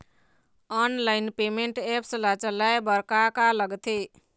Online payment apps ला चलाए बार का का लगथे?